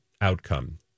outcome